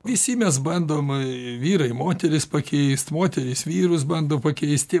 visi mes bandom vyrai moteris pakeist moterys vyrus bando pakeisti